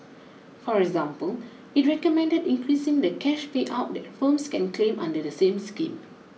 for example it recommended increasing the cash payout that firms can claim under the same scheme